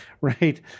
Right